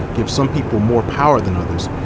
gives some people more power than others,